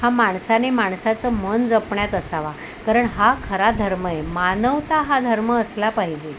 हा माणसाने माणसाचं मन जपण्यात असावा कारण हा खरा धर्म आहे मानवता हा धर्म असला पाहिजे